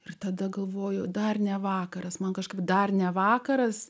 ir tada galvoju dar ne vakaras man kažkaip dar ne vakaras